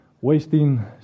Wasting